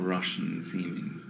Russian-seeming